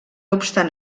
obstant